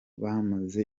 bamaze